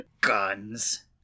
Guns